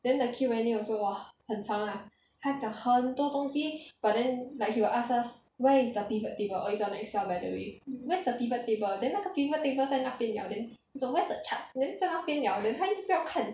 then the Q&A also !wah! 很长 lah 他讲很多东西 but then like he will ask us where is the pivot table oh it's on the excel by the way where's the pivot table then 那个 pivot table 在那边 liao then where's the chart then 在那边 liao 他不要看